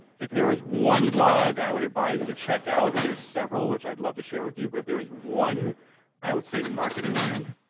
if there is one blog i would advise you to check out, there's several which i'd love to share with you, but if there is one i would say marketing land.